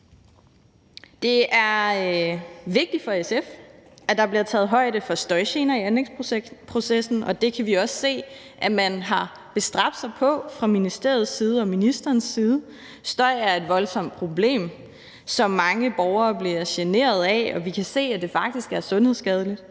Det er vigtigt for SF, at der bliver taget højde for støjgener i anlægsprocessen, og det kan vi også se man har bestræbt sig på fra ministeriets side og ministerens side. Støj er et voldsomt problem, som mange borgere bliver generet af, og vi kan se, at det faktisk er sundhedsskadeligt,